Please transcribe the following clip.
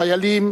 חיילים,